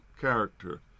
character